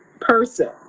person